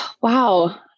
Wow